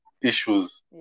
issues